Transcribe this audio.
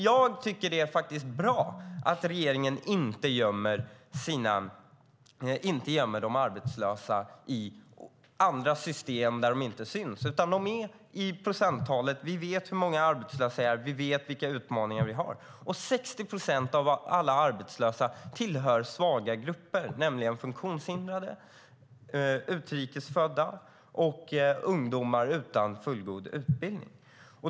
Jag tycker faktiskt att det är bra att regeringen inte gömmer de arbetslösa i andra system där de inte syns, utan de är i procenttalet. Vi vet hur många arbetslösa det är. Vi vet vilka utmaningar vi har. 60 procent av alla arbetslösa tillhör svaga grupper, nämligen funktionshindrade, utrikesfödda och ungdomar utan fullgod utbildning.